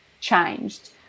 changed